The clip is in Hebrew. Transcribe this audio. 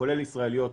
כולל ישראליות,